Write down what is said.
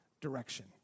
direction